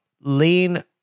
lean